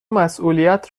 مسئولیت